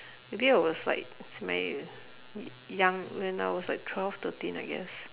maybe I was like young when I was like twelve thirteen I guess